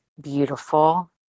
beautiful